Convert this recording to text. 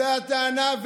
זו הטענה,